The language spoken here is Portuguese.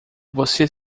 você